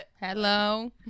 hello